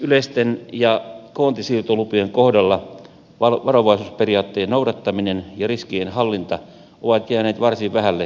yleisten ja koontisiirtolupien kohdalla varovaisuusperiaatteen noudattaminen ja riskien hallinta ovat jääneet varsin vähälle huomiolle